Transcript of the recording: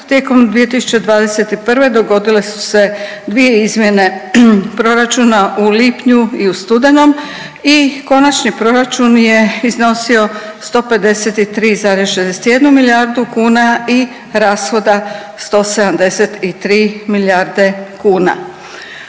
tijekom 2021. dogodile su se dvije izmjene proračuna u lipnju i u studenom i konačni proračun je iznosio 153,61 milijardu kuna i rashoda 173 milijarde kuna.